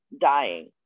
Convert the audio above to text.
dying